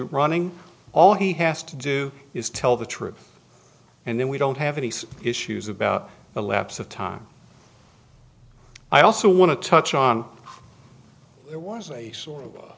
statute running all he has to do is tell the truth and then we don't have a nice issues about the lapse of time i also want to touch on there was a sort of a